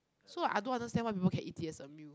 so I don't understand why people can eat it as a meal